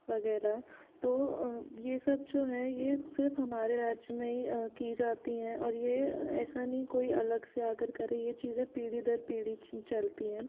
वग़ैरह तो ये सब जो हैं ये सिर्फ़ हमारे राज्य में ही की जाती हैं और ये ऐसा नहीं कोई अलग से आ कर करे ये चीज़ें पीढ़ी दर पीढ़ी चलती हैं